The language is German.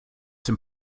dem